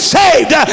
saved